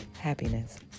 happiness